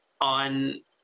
on